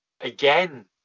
again